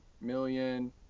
Million